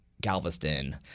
Galveston